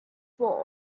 floor